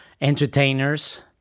entertainers